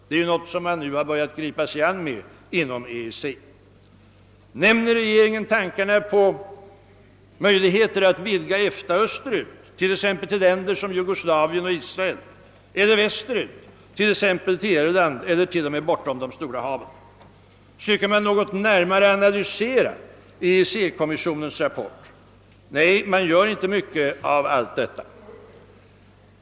Det är någonting som man nu börjat gripa sig an med inom EEC. Nämner regeringen tankarna på möjligheterna att vidga EFTA österut, t.ex. till länder som Jugoslavien och Israel, eller västerut, t.ex. till Irland eller t.o.m. bortom de stora haven? Försöker man något närmare analysera EEC-kommissionens rapport? Nej, man gör inte så mycket av allt detta.